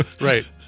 right